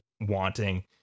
wanting